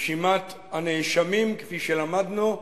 רשימת הנאשמים, כפי שלמדנו שלשום,